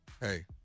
hey